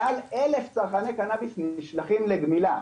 מעל 1,000 צרכני קנאביס נשלחים לגמילה,